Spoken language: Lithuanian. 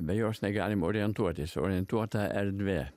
be jos negalima orientuotis orientuota erdvė